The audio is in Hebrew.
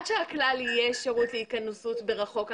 שהכלל יהיה אפשרות להתכנסות מרחוק.